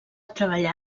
treballar